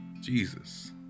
Jesus